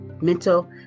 mental